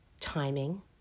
timing